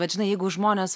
vat žinai jeigu žmonės